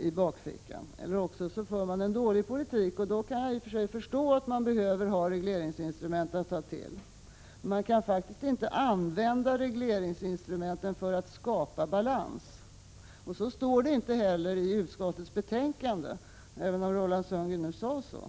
i bakfickan. Eller också för man en dålig politik, och då kan jag i och för sig förstå att man behöver ha regleringsinstrument att ta till. Men man kan inte använda regleringsinstrumenten för att skapa balans. Så står det inte heller i utskottets betänkande, även om Roland Sundgren nu sade så.